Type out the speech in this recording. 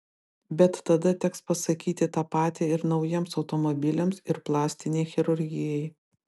bet tada teks pasakyti tą patį ir naujiems automobiliams ir plastinei chirurgijai